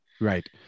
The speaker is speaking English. Right